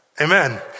Amen